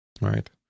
right